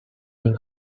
این